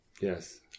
Yes